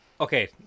okay